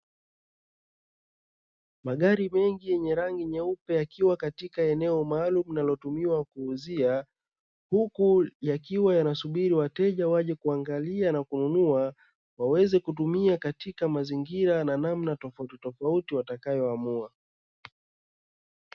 Magari mengi yenye rangi nyeupe yakiwa katika eneo maalumu linalotumiwa kuuzia, huku yakiwa yanasubiri wateja waje kuangalia na kununua waweze kutumia katika mazingira na namna tofautitofauti watakayoamua.